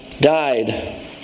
died